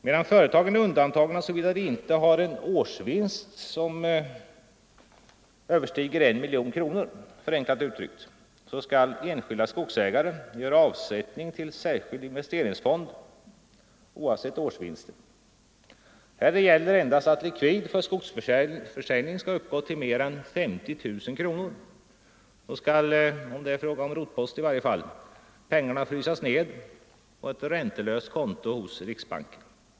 Medan företagen är undantagna såvida de inte har en årsvinst som överstiger 1 miljon kronor, förenklat uttryckt, skall enskilda skogsägare göra avsättning till en särskild investeringsfond oavsett årsvinsten. Här gäller endast att likvid för skogsförsäljning skall ha uppgått till mer än 50 000 kronor — då skall, i varje fall när det rör sig om rotpost, 20 procent av pengarna frysas ned på ett räntelöst konto hos riksbanken.